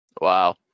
Wow